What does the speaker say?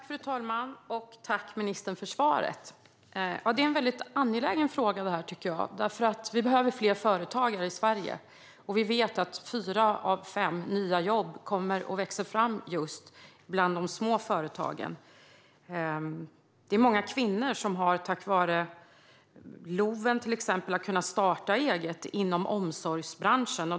Fru talman! Tack för svaret, ministern! Det är en väldigt angelägen fråga. Vi behöver fler företagare i Sverige. Vi vet att fyra av fem nya jobb växer fram just bland de små företagen. Tack vare till exempel LOV är det många kvinnor som har kunnat starta eget inom omsorgsbranschen.